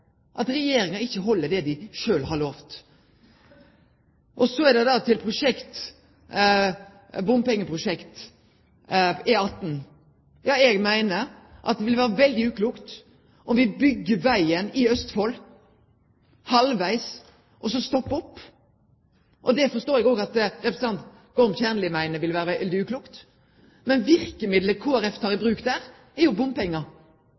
at Regjeringa ikkje held det ein sjølv har lovt. Så til bompengeprosjektet E18. Ja, eg meiner at det vil vere veldig uklokt om me byggjer vegen i Østfold havvegs, og så stoppar opp. Det forstår eg at representanten Gorm Kjernli òg meiner vil vere veldig uklokt. Men verkemiddelet Kristeleg Folkeparti tek i bruk der, er bompengar,